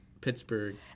Pittsburgh